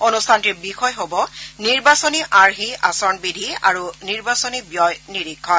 অনুষ্ঠানটিৰ বিষয় হ'ব নিৰ্বাচনী আৰ্হি আচৰণবিধি আৰু নিৰ্বাচনী ব্যয় নিৰীক্ষণ